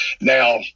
Now